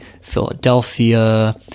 Philadelphia